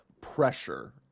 pressure